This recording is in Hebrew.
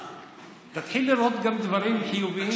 תתחיל לראות גם דברים חיוביים.